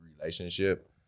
relationship